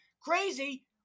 crazy